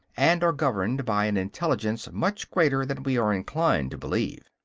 and are governed by an intelligence much greater than we are inclined to believe.